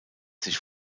sich